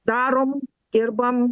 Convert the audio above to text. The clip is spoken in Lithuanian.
darom dirbam